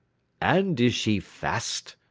and is she fast?